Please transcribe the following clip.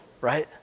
right